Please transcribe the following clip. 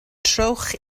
trowch